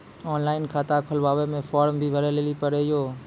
Online खाता खोलवे मे फोर्म भी भरे लेली पड़त यो?